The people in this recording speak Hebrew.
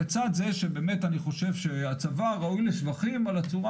לצד זה שבאמת אני חושב שהצבא ראוי לשבחים על הצורה